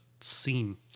scene